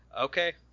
okay